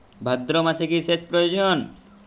ভাদ্রমাসে কি সেচ প্রয়োজন?